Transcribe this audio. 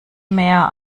mehr